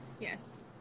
Yes